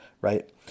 right